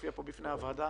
שהופיע פה בפני הוועדה,